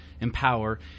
empower